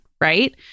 right